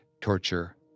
Torture